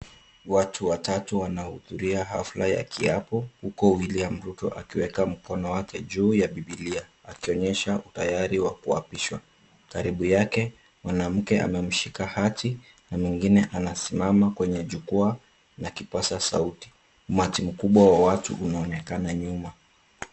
Watu watatu wanahudhuria hafla ya kiapo, huku William Ruto akiweka mkono wake juu ya bibilia akionyesha utayari wa kuapishwa. Karibu yake mwanamke amemshika hachi na mwingine anasimama kwenye jukwaa na kipaza sauti. Umati mkubwa wa watu unaonekana nyuma.